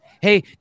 Hey